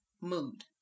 mood